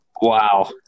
wow